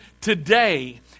today